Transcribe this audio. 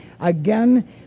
again